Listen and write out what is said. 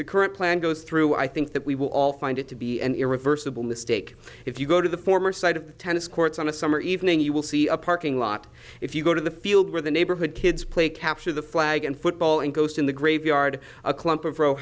the current plan goes through i think that we will all find it to be an irreversible mistake if you go to the former site of the tennis courts on a summer evening you will see a parking lot if you go to the field where the neighborhood kids play capture the flag and football and ghost in the graveyard a clump of row